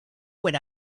what